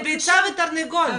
זה ביצה ותרנגולת.